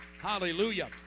Hallelujah